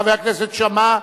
חבר הכנסת שאמה,